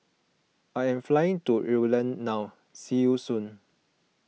I am flying to Ireland now see you soon